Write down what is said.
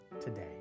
today